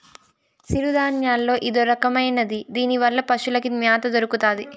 సిరుధాన్యాల్లో ఇదొరకమైనది దీనివల్ల పశులకి మ్యాత దొరుకుతాది